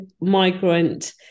migrant